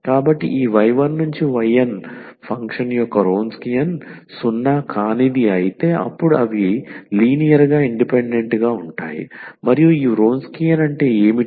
కాబట్టి ఈ y1 y2 yn function యొక్క వ్రోన్స్కియన్ సున్నా కానిది అయితే అప్పుడు అవి లీనియర్ గా ఇండిపెండెంట్ గా ఉంటాయి మరియు ఈ వ్రోన్స్కియన్ అంటే ఏమిటి